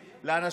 מי?